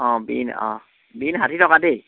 অঁ বিন অঁ বিন ষাঠি টকা দেই